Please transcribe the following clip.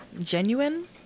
genuine